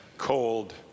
cold